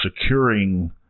securing